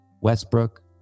Westbrook